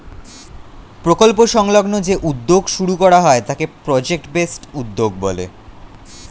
প্রকল্প সংলগ্ন যে উদ্যোগ শুরু করা হয় তাকে প্রজেক্ট বেসড উদ্যোগ বলে